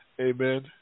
Amen